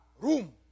room